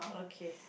okay